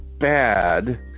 bad